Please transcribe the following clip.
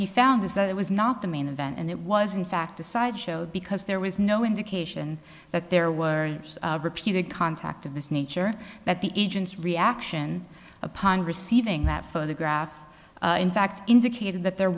he found was that it was not the main event and it was in fact a sideshow because there was no indication that there were repeated contact of this nature that the agent's reaction upon receiving that photograph in fact indicated th